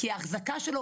כי האחזקה שלו,